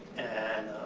and